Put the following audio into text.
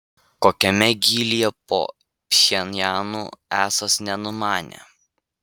kokiame gylyje po pchenjanu esąs nenumanė